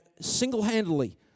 single-handedly